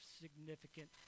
significant